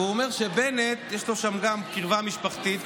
והוא אומר שלבנט יש שם גם קרבה משפחתית,